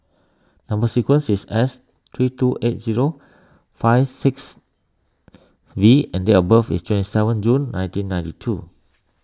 Number Sequence is S three two eight zero five six V and date of birth is twenty seven June nineteen ninety two